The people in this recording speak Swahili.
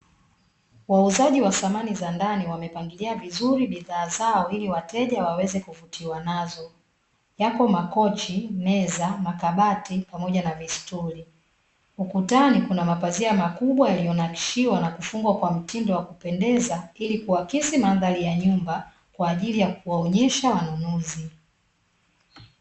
Wauzaji wa samani za ndani wamepangilia vizuri bidhaa zao ili wateja waweze kuvutiwa nazo. Yako makochi, meza, makabati pamoja na vistuli. Ukutani kuna mapazia makubwa yaliyonakshiwa na kufungwa kwa mtindo wa kupendeza ilikuakisi mandhari ya nyumba kwa ajili ya kuwaonyesha wanunuzi.